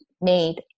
made